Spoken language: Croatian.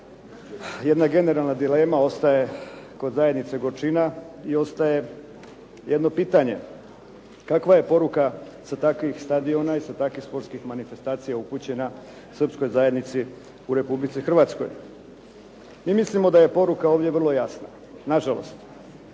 jedna generalna dilema ostaje kod zajednice, gorčina i ostaje jedno pitanje kakva je poruka sa takvih stadiona i sa takvih sportskih manifestacija upućena srpskoj zajednici u Republici Hrvatskoj. Mi mislimo da je poruka ovdje vrlo jasna. Nažalost,